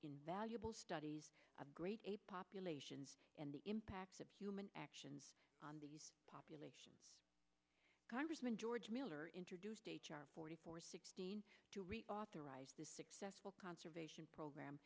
invaluable studies of great ape populations and the impact of human actions on the population congressman george miller introduced forty four sixteen authorize the successful conservation program